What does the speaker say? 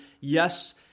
yes